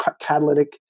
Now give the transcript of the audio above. catalytic